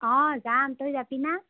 অঁ যাম তই যাবিনে